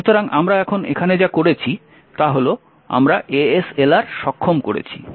সুতরাং আমরা এখন এখানে যা করেছি তা হল আমরা ASLR সক্ষম করেছি